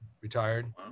retired